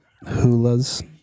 hula's